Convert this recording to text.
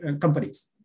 companies